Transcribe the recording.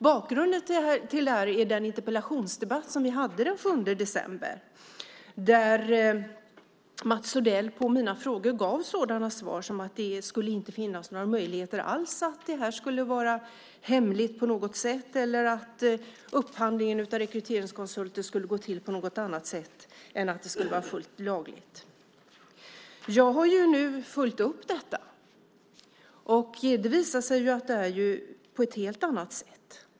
Bakgrunden är den interpellationsdebatt som vi hade den 7 december då Mats Odell på mina frågor gav sådana svar som att det inte skulle finnas några möjligheter alls för att det här skulle vara hemligt på något sätt. Inte heller skulle upphandlingen av rekryteringskonsulter gå till på annat än ett fullt legalt sätt. Jag har nu följt upp detta. Det visar sig att det är på ett helt annat sätt.